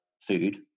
food